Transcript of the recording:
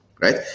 right